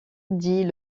dit